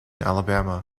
alabama